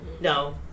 no